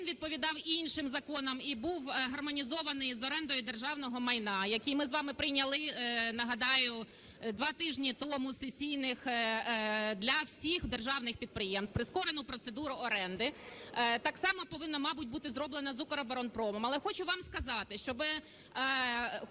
він відповідав іншим законам і був гармонізований з орендою державного майна, який ми з вами прийняли, нагадаю, два тижні тому сесійних, для всіх державних підприємств прискорену процедуру оренди. Так само повинно, мабуть, бути зроблено з Укроборонпромом. Але хочу вам сказати, що